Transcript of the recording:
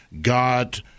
God